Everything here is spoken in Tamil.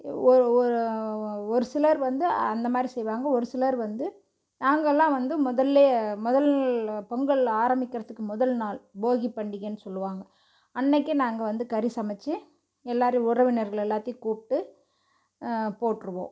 ஒ ஒரு ஒரு சிலர் வந்து அந்த மாதிரி செய்வாங்க ஒரு சிலர் வந்து நாங்கெளெல்லாம் வந்து முதலிலே முதல் பொங்கல் ஆரமிக்கிறத்துக்கு முதல் நாள் போகி பண்டிகைன்னு சொல்லுவாங்க அன்றைக்கே நாங்கள் வந்து கறி சமச்சு எல்லோரும் உறவினர்கள் எல்லாத்தையும் கூப்பிட்டு போட்டிருவோம்